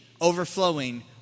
overflowing